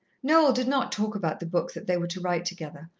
noel did not talk about the book that they were to write together,